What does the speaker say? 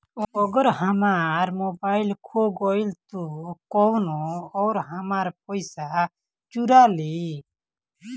अगर हमार मोबइल खो गईल तो कौनो और हमार पइसा चुरा लेइ?